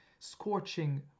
Scorching